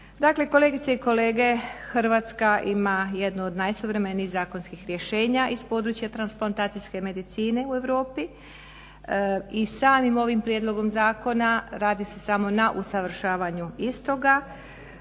kolegice i kolege, Hrvatska ima jednu od najsuvremenijih zakonskih rješenja iz područja transplantacijske medicine u Europi i samim ovim prijedlogom Zakona radi se samo na usavršavaju istoga.